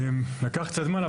לקח קצת זמן,